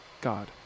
God